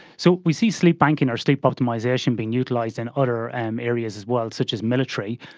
so we see sleep banking or sleep optimisation being utilised in other and areas as well, such as military.